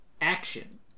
action